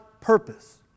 purpose